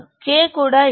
K కూడా ఇవ్వబడుతుంది 0